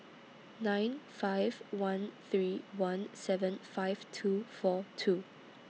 nine five one three one seven five two four two